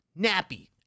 Nappy